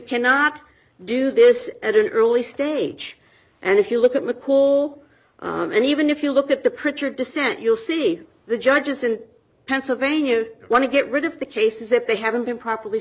cannot do this at an early stage and if you look at mccool and even if you look at the pritchard dissent you'll see the judges in pennsylvania want to get rid of the cases if they haven't been properly